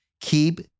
Keep